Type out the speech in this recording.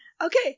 Okay